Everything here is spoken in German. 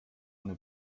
ohne